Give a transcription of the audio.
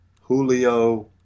Julio